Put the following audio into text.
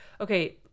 Okay